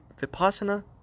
Vipassana